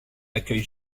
accueille